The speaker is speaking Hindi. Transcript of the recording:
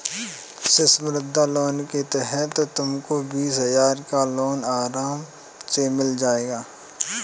शिशु मुद्रा लोन के तहत तुमको बीस हजार का लोन आराम से मिल जाएगा